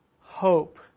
Hope